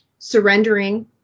Surrendering